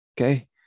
okay